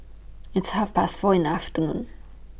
its Half Past four in The afternoon